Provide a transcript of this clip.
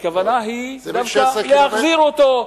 הכוונה היא דווקא להחזיר אותו,